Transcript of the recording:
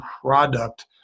product